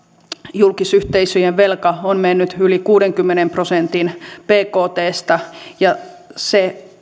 julkisyhteisöjen velka on mennyt yli kuudenkymmenen prosentin bktstä ja se